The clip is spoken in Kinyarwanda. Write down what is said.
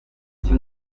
ntoki